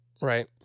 Right